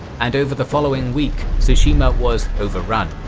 and over the following week tsushima was overrun.